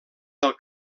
del